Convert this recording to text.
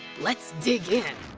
let's dig in!